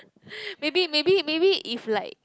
maybe maybe maybe maybe if like